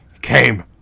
came